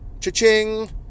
Cha-ching